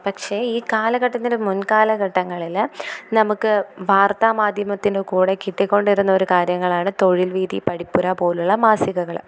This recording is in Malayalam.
പക്ഷേ ഈ കാലഘട്ടത്തിന് മുൻകാലഘട്ടങ്ങളിൽ നമുക്ക് വാർത്താമാധ്യമത്തിനുകൂടെ കിട്ടിക്കൊണ്ടിരുന്ന ഒരു കാര്യങ്ങളാണ് തൊഴിൽവീഥി പഠിപ്പുര പോലുള്ള മാസികകൾ